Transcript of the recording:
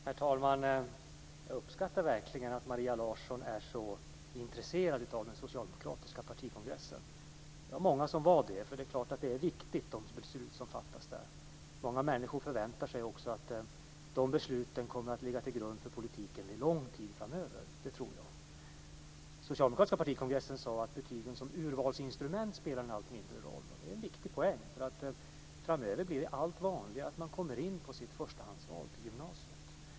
Herr talman! Jag uppskattar verkligen att Maria Larsson är så intresserad av den socialdemokratiska partikongressen. Det var många som var det, för det är klart att de beslut som fattades där är viktiga. Jag tror också att många människor förväntar sig att de besluten kommer att ligga till grund för politiken under lång tid framöver. Den socialdemokratiska partikongressen sade att betygen som urvalsinstrument spelar en allt mindre roll. Det är en viktig poäng, för framöver blir det allt vanligare att man kommer in på sitt förstahandsval till gymnasiet.